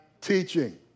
teaching